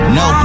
no